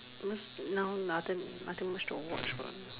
because now nothing nothing much to watch what